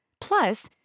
Plus